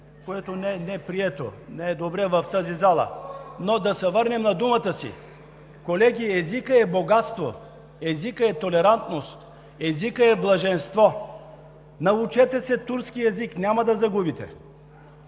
което не е прието и не е добре в тази зала, но да се върнем на думата си: езикът е богатство, езикът е толерантност, езикът е блаженство – научете турски език, няма да загубите,